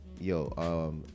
Yo